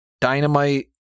dynamite